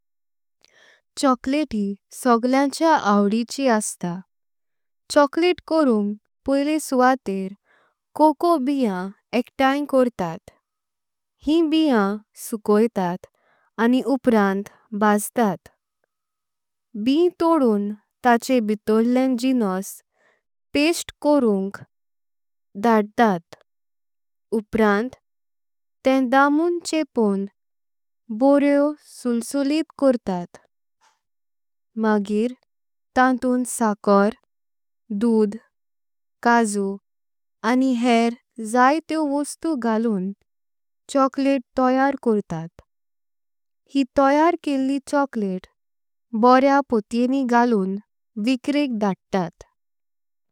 चॉकलेट सगळ्याच्या आवडीची असता। चॉकलेट करुंक पॉयले सुवातेर कोको बियां। एकत्ताईं करतात ही बियां सुकवतात आनि। उपरांत बाजतात बियां तोडून ताचे भीतोरले। जिन्स पेस्टे करुंक धडतात उपरांत ते दामून। चेपून बरोवेंस सुल्लसुलित करतात मगिर तांतून। साखर दूध काजू आनि हेर ज्या तेवो वस्तु। घालून चॉकलेट तयार करतात ही तयार केलेली। चॉकलेट बोरयां पोट्यें गालून विक्रेक धडतात।